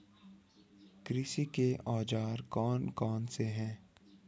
कृषि के औजार कौन कौन से हैं?